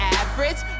average